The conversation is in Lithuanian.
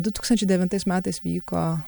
du tūkstančiai devintais metais vyko